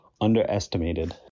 underestimated